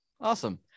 Awesome